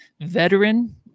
veteran